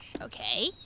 Okay